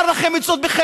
אני אומר לכם את זה בכנות: